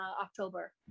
October